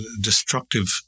destructive